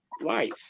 life